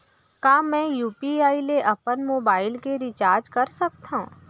का मैं यू.पी.आई ले अपन मोबाइल के रिचार्ज कर सकथव?